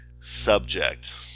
subject